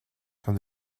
from